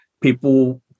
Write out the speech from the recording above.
people